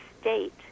state